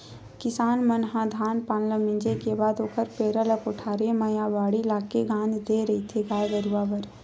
किसान मन ह धान पान ल मिंजे के बाद ओखर पेरा ल कोठारे म या बाड़ी लाके के गांज देय रहिथे गाय गरुवा बर